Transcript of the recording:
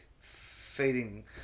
feeding